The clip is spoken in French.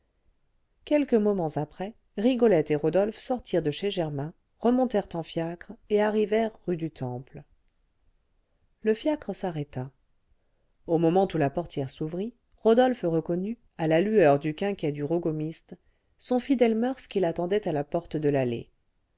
quelques moments après rigolette et rodolphe sortirent de chez germain remontèrent en fiacre et arrivèrent rue du temple le fiacre s'arrêta au moment où la portière s'ouvrit rodolphe reconnut à la lueur du quinquet du rogomiste son fidèle murph qui l'attendait à la porte de l'allée